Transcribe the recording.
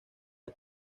del